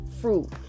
fruit